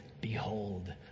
Behold